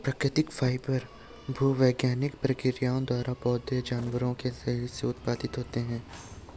प्राकृतिक फाइबर भूवैज्ञानिक प्रक्रियाओं द्वारा पौधों जानवरों के शरीर से उत्पादित होते हैं